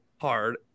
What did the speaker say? hard